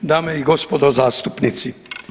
Dame i gospodo zastupnici.